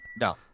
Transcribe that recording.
No